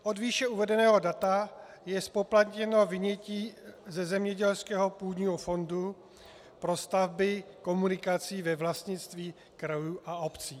Od výše uvedeného data je zpoplatněno vynětí ze zemědělského půdního fondu pro stavby komunikací ve vlastnictví krajů a obcí.